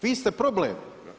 Vi ste problem.